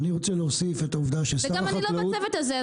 וגם אני לא בצוות הזה,